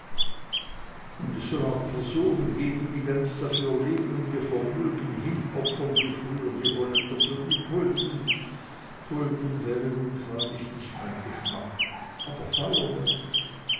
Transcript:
und es soll auch personen geben die ganz dafür leben und ihr vermögen hinopfern wie früher die holländer für die tulpen tulpen wäre nun freilich nicht mein geschmack aber feuerwerk